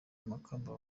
amakamba